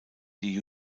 die